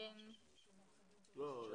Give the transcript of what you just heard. --- לא.